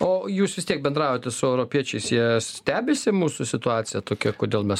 o jūs vis tiek bendraujate su europiečiais jie stebisi mūsų situacija tokia kodėl mes